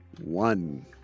One